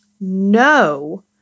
no